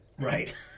Right